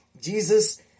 Jesus